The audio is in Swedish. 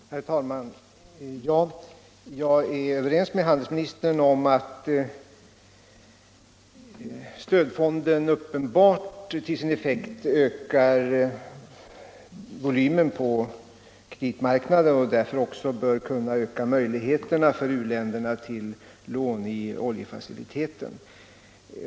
Herr talman! Jag är överens med handelsministern om att stödfonden uppenbart till sin effekt ökar volymen på kreditmarknaden och därför också bör kunna vidga möjligheterna för u-länderna till lån i oljefaciliteten.